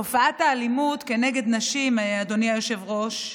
תופעת האלימות כנגד נשים, אדוני היושב-ראש,